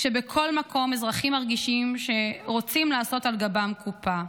כשבכל מקום אזרחים מרגישים שרוצים לעשות על גבם קופה.